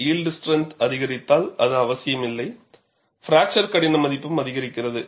yield strength அதிகரித்தால் அது அவசியமில்லை பிராக்சர் கடின மதிப்பும் அதிகரிக்கிறது